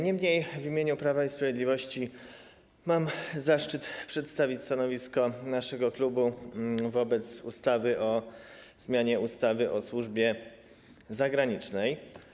Niemniej w imieniu Prawa i Sprawiedliwości mam zaszczyt przedstawić stanowisko naszego klubu wobec projektu ustawy o zmianie ustawy o służbie zagranicznej.